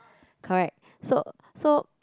correct so so